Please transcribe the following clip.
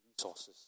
resources